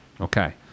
Okay